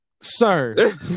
Sir